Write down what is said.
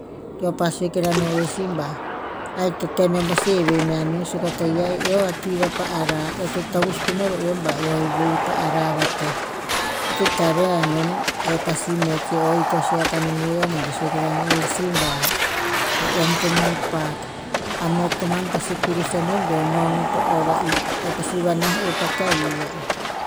Keo pa sue kira na oer si ba, ahik ta tem eom pasi heve mea neo suk a taia eo a ti vapu arah. Eo to tavus pino ro oem ba, eo e weh pa arah vateh. To ikta reh anon anon eh pasi met si, o ito sue a kananeo. Eo gen to sue kana oer si ba, e eom to me pak a met koman pasi kurus aneo beo nonoh po a va'i. Eo pasi vaneah eo pa tahi va'i.